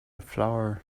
flower